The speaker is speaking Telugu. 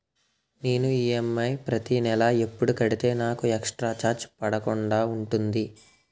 నేను ఈ.ఎమ్.ఐ ప్రతి నెల ఎపుడు కడితే నాకు ఎక్స్ స్త్ర చార్జెస్ పడకుండా ఉంటుంది?